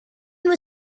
were